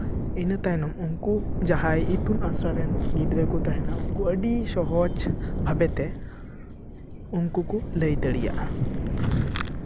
ᱤᱱᱟᱹ ᱛᱟᱭᱱᱚᱢ ᱩᱱᱠᱩ ᱡᱟᱦᱟᱸᱭ ᱤᱛᱩᱱ ᱟᱥᱲᱟ ᱨᱮᱱ ᱜᱤᱫᱽᱨᱟᱹ ᱠᱚ ᱛᱟᱦᱮᱱᱟ ᱩᱱᱠᱩ ᱟᱹᱰᱤ ᱥᱚᱦᱚᱡ ᱵᱷᱟᱵᱮ ᱛᱮ ᱩᱱᱠᱩ ᱠᱚ ᱞᱟᱹᱭ ᱫᱟᱲᱮᱭᱟᱜᱼᱟ